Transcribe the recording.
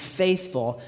faithful